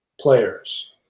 Players